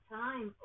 time